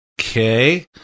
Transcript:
Okay